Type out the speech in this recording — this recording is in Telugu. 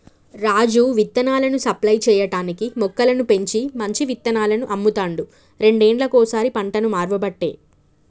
రాజు విత్తనాలను సప్లై చేయటానికీ మొక్కలను పెంచి మంచి విత్తనాలను అమ్ముతాండు రెండేళ్లకోసారి పంటను మార్వబట్టే